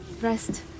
Rest